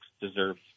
deserve